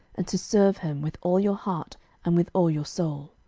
and to serve him with all your heart and with all your soul.